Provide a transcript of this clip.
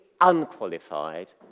unqualified